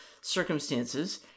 circumstances